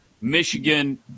Michigan